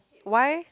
why